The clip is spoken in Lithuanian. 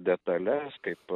detales kaip